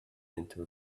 into